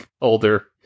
older